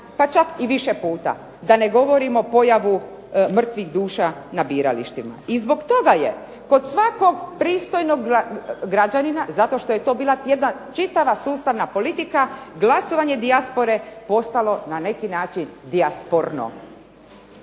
pa čak i više puta, da ne govorimo o pojavi mrtvih duša na biralištima. I zbog toga je kod svakog pristojnog građanina zato što je to bila jedna čitava sustavna politika glasovanje dijaspore postalo na neki način dijasporno.